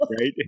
right